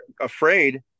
afraid